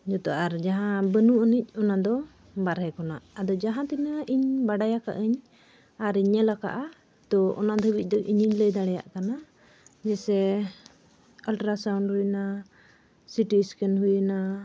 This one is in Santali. ᱡᱷᱚᱛᱚ ᱟᱨ ᱡᱟᱦᱟᱸ ᱵᱟᱹᱱᱩᱜ ᱟᱹᱱᱤᱡ ᱚᱱᱟ ᱫᱚ ᱵᱟᱦᱨᱮ ᱠᱷᱚᱱᱟᱜ ᱟᱫᱚ ᱡᱟᱦᱟᱸ ᱛᱤᱱᱟᱹᱜ ᱤᱧ ᱵᱟᱰᱟᱭ ᱟᱠᱟᱫ ᱟᱹᱧ ᱟᱨᱤᱧ ᱧᱮᱞ ᱠᱟᱜᱼᱟ ᱛᱚ ᱚᱱᱟ ᱫᱷᱟᱹᱵᱤᱡ ᱫᱚ ᱤᱧᱤᱧ ᱞᱟᱹᱭ ᱫᱟᱲᱮᱭᱟᱜ ᱠᱟᱱᱟ ᱡᱮᱭᱥᱮ ᱟᱞᱴᱨᱟ ᱥᱟᱣᱩᱱᱰ ᱦᱩᱭᱮᱱᱟ ᱥᱤᱴᱤ ᱥᱠᱮᱱ ᱦᱩᱭᱱᱟ